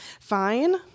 Fine